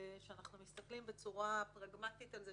כשאנחנו מסתכלים בצורה פרגמטית על זה,